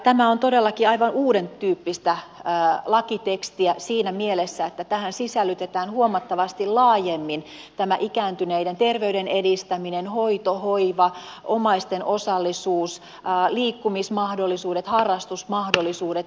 tämä on todellakin aivan uudentyyppistä lakitekstiä siinä mielessä että tähän sisällytetään huomattavasti laajemmin tämä ikääntyneiden terveyden edistäminen hoito hoiva omaisten osallisuus liikkumismahdollisuudet harrastusmahdollisuudet osallisuuden mahdollisuudet